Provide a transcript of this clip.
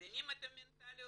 מבינים את המנטליות